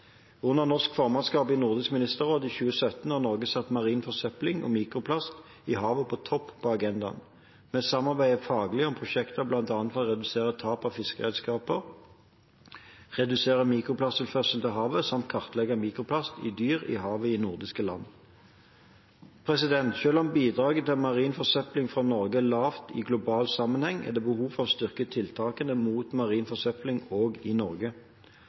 Under norsk formannskap i Nordisk ministerråd i 2017 har Norge satt marin forsøpling og mikroplast i havet på topp på agendaen. Vi samarbeider faglig om prosjekter bl.a. for å redusere tap av fiskeredskap, redusere mikroplasttilførsler til havet samt kartlegge mikroplast i dyr i havet i nordiske land. Selv om bidraget til marin forsøpling fra Norge er lavt i global sammenheng, er det behov for å styrke tiltakene mot marin forsøpling også i Norge.